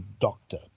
doctor